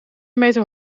meter